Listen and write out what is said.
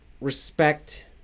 respect